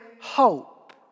hope